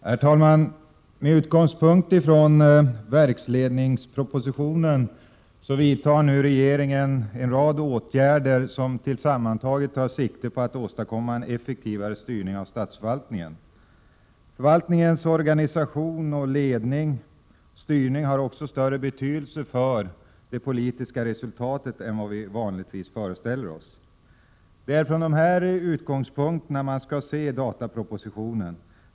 Herr talman! Med utgångspunkt i verksledningspropositionen vidtar regeringen nu en rad åtgärder, som sammantaget tar sikte på att åstadkomma en effektivare styrning av statsförvaltningen. Statsförvaltningens organisation, ledning och styrning har större betydelse för de politiska resultaten än vad vi vanligtvis föreställer oss. Det är från dessa utgångspunkter man skall se datapropositionen.